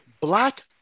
black